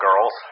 girls